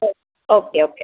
okay okay